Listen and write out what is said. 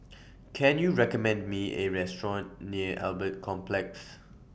Can YOU recommend Me A Restaurant near Albert Complex